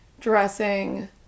dressing